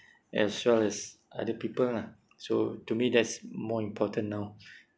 as well as other people lah so to me that's more important now